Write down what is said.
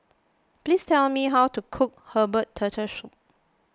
please tell me how to cook Herbal Turtle Soup